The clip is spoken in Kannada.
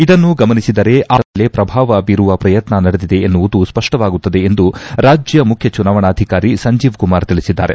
ಇದನ್ನು ಗಮನಿಸಿದರೆ ಆ ಮತದಾರರ ಮೇಲೆ ಪ್ರಭಾವ ಬೀರುವ ಪ್ರಯತ್ನ ನಡೆದಿದೆ ಎನ್ನುವುದು ಸ್ಪಷ್ಟವಾಗುತ್ತದೆ ಎಂದು ರಾಜ್ಯ ಮುಖ್ಯ ಚುನಾವಣಾಧಿಕಾರಿ ಸಂಜೀವ್ ಕುಮಾರ್ ತಿಳಿಸಿದ್ದಾರೆ